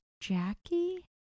Jackie